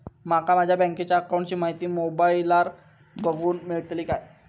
माका माझ्या बँकेच्या अकाऊंटची माहिती मोबाईलार बगुक मेळतली काय?